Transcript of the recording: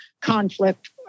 conflict